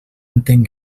entenc